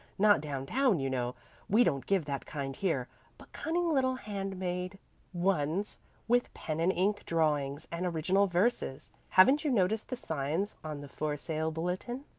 not down-town, you know we don't give that kind here but cunning little hand-made ones with pen-and-ink drawings and original verses. haven't you noticed the signs on the for sale bulletin?